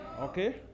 Okay